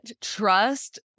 trust